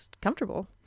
comfortable